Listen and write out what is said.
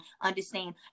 understand